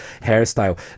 hairstyle